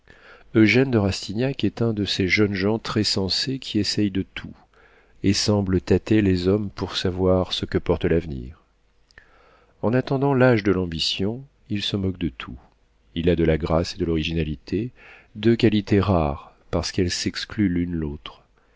eugène de rastignac est un de ces jeunes gens très sensés qui essaient de tout et semblent tâter les hommes pour savoir ce que porte l'avenir en attendant l'âge de l'ambition il se moque de tout il a de la grâce et de l'originalité deux qualités rares parce qu'elles s'excluent l'une l'autre